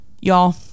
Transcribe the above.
Y'all